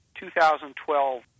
2012